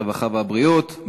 הרווחה והבריאות.